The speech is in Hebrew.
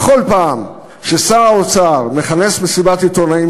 בכל פעם ששר האוצר מכנס מסיבות עיתונאים